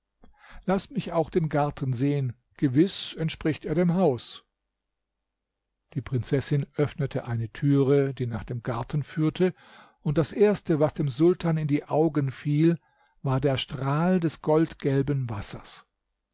laß mich auch den garten sehen gewiß entspricht er dem haus die prinzessin öffnete eine türe die nach dem garten führte und das erste was dem sultan in die augen fiel war der strahl des goldgelben wassers